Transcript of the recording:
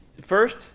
first